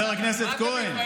אתה מתבייש בה?